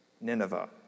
Nineveh